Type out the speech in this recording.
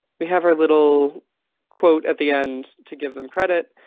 we have our little quote at the end to give them credit.